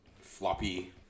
floppy